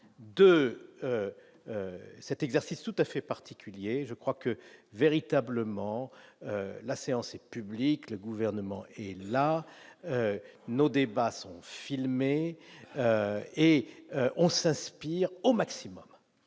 2. Cet exercice tout à fait particulier, je crois que, véritablement, la séance est public, le gouvernement et là, nos débats sont filmés et on s'inspire au maximum